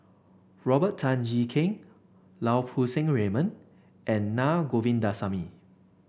Robert Tan Jee Keng Lau Poo Seng Raymond and Naa Govindasamy